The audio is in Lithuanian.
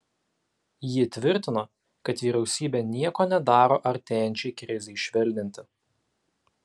ji tvirtino kad vyriausybė nieko nedaro artėjančiai krizei švelninti